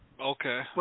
Okay